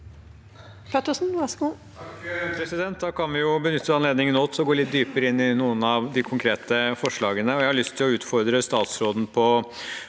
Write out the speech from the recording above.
(H) Da kan vi jo benytte anledningen nå til å gå litt dypere inn på noen av de konkrete forslagene, og jeg har lyst til å utfordre statsråden